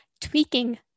tweaking